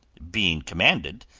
being commanded,